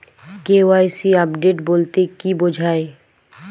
KYC update বলতে কি বোঝায়?